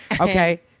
Okay